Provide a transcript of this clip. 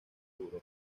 europa